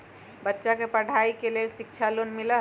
बच्चा के पढ़ाई के लेर शिक्षा लोन मिलहई?